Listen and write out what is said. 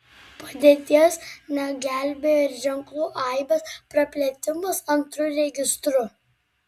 padėties negelbėjo ir ženklų aibės praplėtimas antru registru